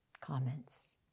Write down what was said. comments